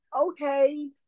okay